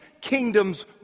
kingdom's